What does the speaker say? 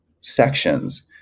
sections